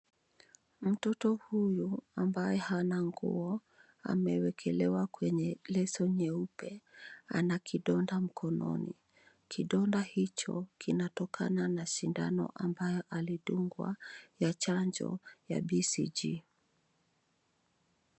Mtoto huyu ambaye hana nguo, amewekelewa kwenye leso nyeupe. Ana kidonda mkononi, kidonda hicho, kinatokana na sindano ambayo alidungwa, ya chanjo ya BCG.